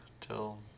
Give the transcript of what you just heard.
till